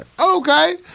Okay